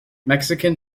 mexican